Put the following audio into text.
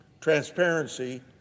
Transparency